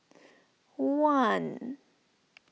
one